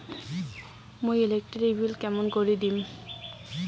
মুই electric bill কেমন করি দিম?